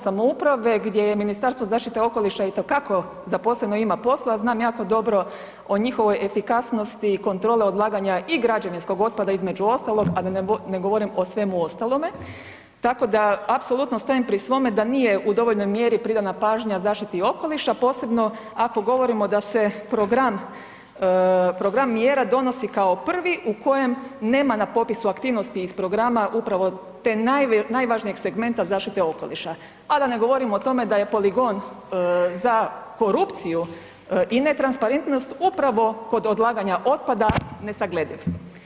S obzirom da dolazim iz JLS gdje Ministarstvo zaštite okoliša itekako za posebno ima posla, znam jako dobro o njihovoj efikasnosti i kontroli odlaganja i građevinskog otpada između ostalog, a da ne govorim o svemu ostalome, tako da apsolutno stojim pri svome da nije u dovoljnoj mjeri pridana pažnja zaštiti okoliša, a posebno ako govorimo da se program, program mjera donosi kao prvi u kojem nema na popisu aktivnosti iz programa upravo te najvažnijeg segmenta zaštite okoliša, a da ne govorim o tome da je poligon za korupciju i netransparentnost upravo kod odlaganja otpada nesaglediv.